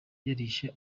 yarishe